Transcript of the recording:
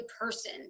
person